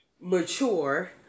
mature